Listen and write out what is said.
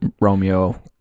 Romeo